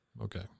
Okay